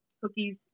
cookies